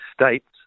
States